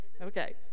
Okay